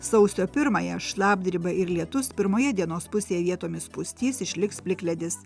sausio pirmąją šlapdriba ir lietus pirmoje dienos pusėje vietomis pustys išliks plikledis